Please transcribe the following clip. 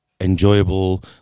enjoyable